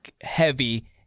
heavy